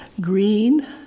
green